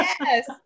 Yes